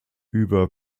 über